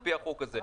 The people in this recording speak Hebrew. על פי החוק הזה.